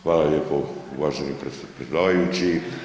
Hvala lijepo uvaženi predsjedavajući.